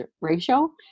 ratio